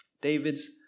David's